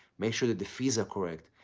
make sure the fees are correct.